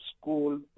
school